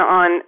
on